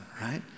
right